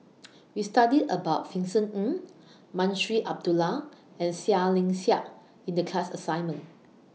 We studied about Vincent Ng Munshi Abdullah and Seah Liang Seah in The class assignment